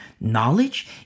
knowledge